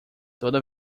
toda